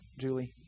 Julie